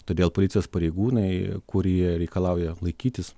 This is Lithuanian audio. todėl policijos pareigūnai kurie reikalauja laikytis